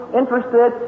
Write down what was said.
interested